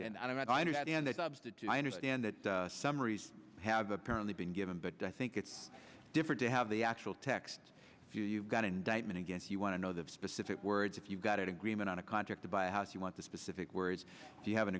do i understand that summaries have apparently been given but i think it's different to have the actual text if you you've got an indictment against you want to know the specific words if you've got it agreement on a contract to buy a house you want the specific words you have an